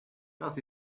das